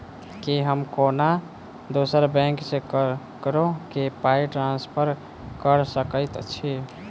की हम कोनो दोसर बैंक सँ ककरो केँ पाई ट्रांसफर कर सकइत छि?